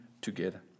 together